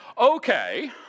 Okay